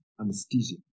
anesthesia